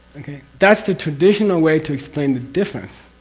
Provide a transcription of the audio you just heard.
okay? that's the traditional way to explain the difference